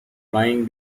flying